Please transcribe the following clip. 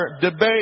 debate